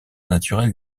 naturel